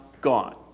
gone